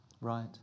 Right